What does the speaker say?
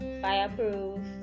fireproof